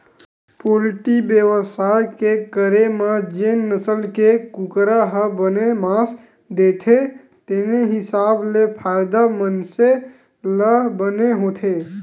poultry बेवसाय के करे म जेन नसल के कुकरा ह बने मांस देथे तेने हिसाब ले फायदा मनसे ल बने होथे